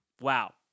Wow